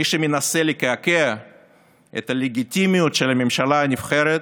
מי שמנסה לקעקע את הלגיטימיות של הממשלה הנבחרת,